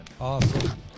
Awesome